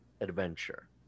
adventure